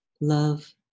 love